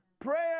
Prayer